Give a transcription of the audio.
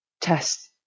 test